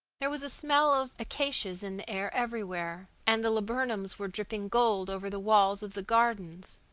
there was a smell of acacias in the air everywhere, and the laburnums were dripping gold over the walls of the gardens.